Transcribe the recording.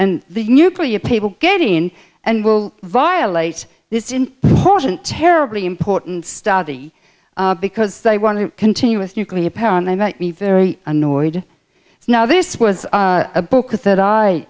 and the nuclear people getting in and will violate this in terribly important study because they want to continue with nuclear power and they may be very annoyed now this was a book that i